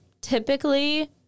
typically